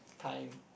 time